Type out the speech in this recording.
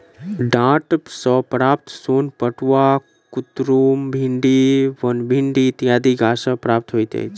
डांट सॅ प्राप्त सोन पटुआ, कुतरुम, भिंडी, बनभिंडी इत्यादि गाछ सॅ प्राप्त होइत छै